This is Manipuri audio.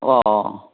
ꯑꯣ